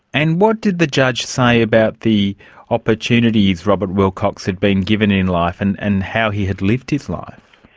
and what did the judge say about the opportunities robert wilcox had been given in life and and how he had lived his life?